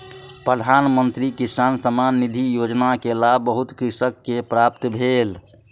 प्रधान मंत्री किसान सम्मान निधि योजना के लाभ बहुत कृषक के प्राप्त भेल